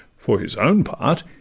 for his own part,